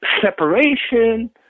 separation